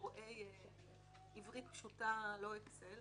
קוראי עברית פשוטה, לא אקסל.